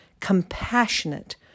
compassionate